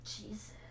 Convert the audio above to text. Jesus